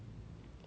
but then